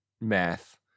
math